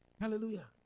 Hallelujah